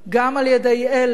גם על-ידי אלה